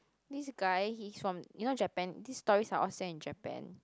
this guy he's from you know Japan these stories are all set in Japan